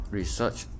research